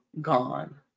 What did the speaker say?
gone